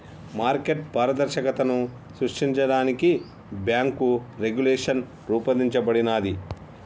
market పారదర్శకతను సృష్టించడానికి bank regulation రూపొందించబడినాది